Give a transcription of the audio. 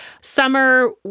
summer